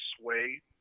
sway